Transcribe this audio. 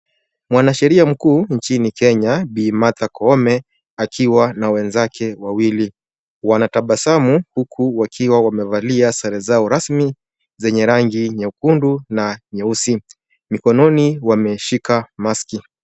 Mwanasheria mkuu nchini Kenya Bi. Martha Koome akiwa na wenzake wawili. Wanatabasamu huku wakiwa wamevalia sare zao rasmi zenye rangi nyekundu na nyeusi. Mikononi wameshika maski .